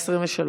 פספסת את, תחליף